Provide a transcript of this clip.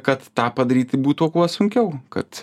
kad tą padaryti būtų kuo sunkiau kad